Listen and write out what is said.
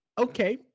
Okay